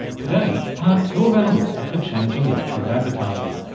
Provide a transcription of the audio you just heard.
today, part two of our look at the changing nature of advertising.